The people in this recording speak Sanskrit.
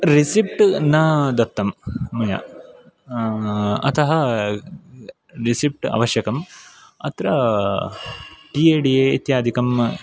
रिसिप्ट् न दत्तं मया अतः रिसिप्ट् अवश्यकम् अत्र टि ए डि ए इत्यादिकं